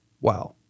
wow